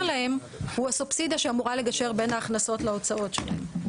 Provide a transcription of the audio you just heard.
להם הוא הסובסידיה שאמורה לגשר בין ההכנסות להוצאות שלהם?